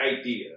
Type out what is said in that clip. idea